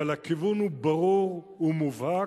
אבל הכיוון הוא ברור, מובהק,